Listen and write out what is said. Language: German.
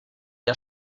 der